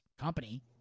company